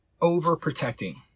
overprotecting